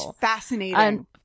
fascinating